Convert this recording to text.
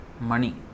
money